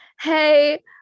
hey